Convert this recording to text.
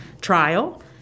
trial